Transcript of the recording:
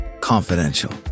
Confidential